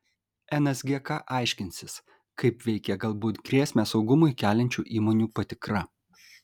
nsgk aiškinsis kaip veikia galbūt grėsmę saugumui keliančių įmonių patikra